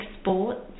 sports